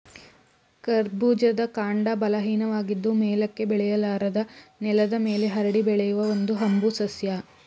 ಕರ್ಬೂಜದ ಕಾಂಡ ಬಲಹೀನವಾಗಿದ್ದು ಮೇಲಕ್ಕೆ ಬೆಳೆಯಲಾರದು ನೆಲದ ಮೇಲೆ ಹರಡಿ ಬೆಳೆಯುವ ಒಂದು ಹಂಬು ಸಸ್ಯ